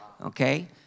Okay